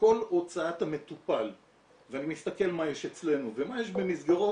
כל הוצאת המטופל ואני מסתכל מה יש אצלנו ומה יש במסגרות